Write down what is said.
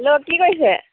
hello কি কৰিছে